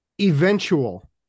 eventual